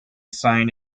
sign